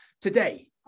Today